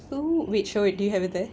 so wait show it do you have it there